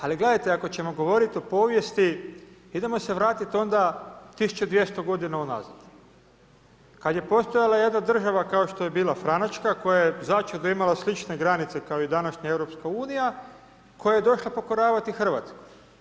Ali gledajte ako ćemo govoriti o povijesti, idemo se vratiti onda 1200 godina unazad, kad je postojala jedna država kao što je bila Franačka koja je začudo imala slične granice kao i današnja EU koja je došla pokoravati Hrvatsku.